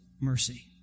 mercy